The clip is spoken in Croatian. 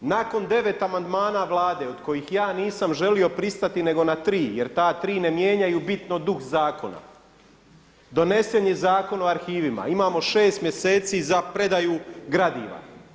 Nakon 9 amandmana Vlade od kojih ja nisam želio pristati nego na tri jer ta 3 ne mijenjaju bitno duh zakona, donesen je Zakon o arhivima, imamo 6 mjeseci za predaju gradiva.